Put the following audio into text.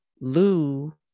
Lou